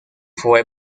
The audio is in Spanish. fue